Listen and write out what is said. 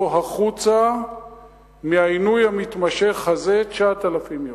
החוצה מהעינוי המתמשך הזה 9,000 יום.